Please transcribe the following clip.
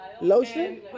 Lotion